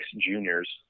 juniors